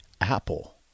Apple